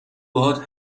باهات